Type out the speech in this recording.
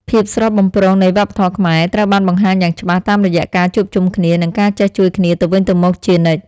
ភាពស្រស់បំព្រងនៃវប្បធម៌ខ្មែរត្រូវបានបង្ហាញយ៉ាងច្បាស់តាមរយៈការជួបជុំគ្នា និងការចេះជួយគ្នាទៅវិញទៅមកជានិច្ច។